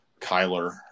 Kyler